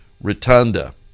rotunda